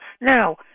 Now